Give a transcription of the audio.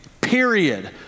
Period